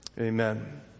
Amen